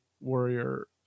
Warrior